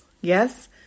Yes